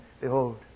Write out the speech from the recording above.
Behold